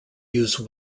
use